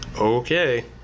Okay